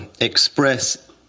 express